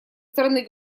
стороны